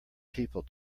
people